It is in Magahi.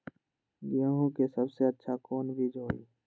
गेंहू के सबसे अच्छा कौन बीज होई?